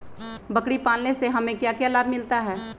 बकरी पालने से हमें क्या लाभ मिलता है?